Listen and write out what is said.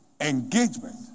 engagement